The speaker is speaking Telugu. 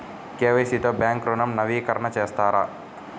కే.వై.సి తో బ్యాంక్ ఋణం నవీకరణ చేస్తారా?